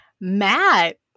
Matt